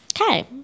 Okay